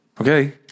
Okay